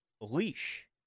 leash